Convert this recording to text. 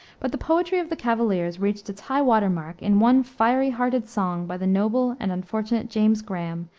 but the poetry of the cavaliers reached its high-water mark in one fiery-hearted song by the noble and unfortunate james graham,